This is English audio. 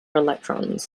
electrons